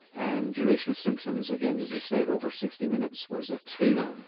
and duration of symptoms again as you said over sixty minutes was a two,